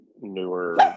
newer